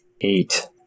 Eight